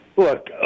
look